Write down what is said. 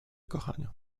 kochania